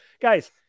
guys